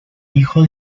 hijo